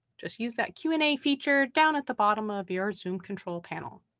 just use that q and a feature down at the bottom of your zoom control panel,